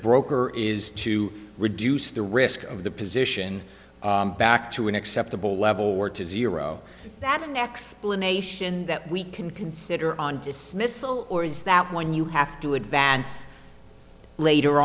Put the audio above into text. broker is to reduce the risk of the position back to an acceptable level or to zero that in next to a nation that we can consider on dismissal or is that when you have to advance later